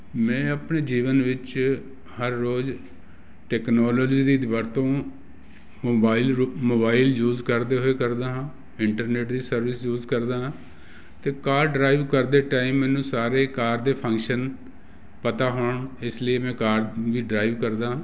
ਮੈਂ ਆਪਣੇ ਜੀਵਨ ਵਿੱਚ ਹਰ ਰੋਜ਼ ਟੈਕਨੋਲੋਜੀ ਦੀ ਵਰਤੋਂ ਮੋਬਾਈਲ ਮੋਬਾਈਲ ਯੂਸ ਕਰਦੇ ਹੋਏ ਕਰਦਾ ਹਾਂ ਇੰਟਰਨੈਟ ਦੀ ਸਰਵਿਸ ਯੂਸ ਕਰਦਾ ਹਾਂ ਅਤੇ ਕਾਰ ਡਰਾਈਵ ਕਰਦੇ ਟਾਈਮ ਮੈਨੂੰ ਸਾਰੇ ਕਾਰ ਦੇ ਫੰਕਸ਼ਨ ਪਤਾ ਹੋਣ ਇਸ ਲਈ ਮੈਂ ਕਾਰ ਵੀ ਡਰਾਈਵ ਕਰਦਾ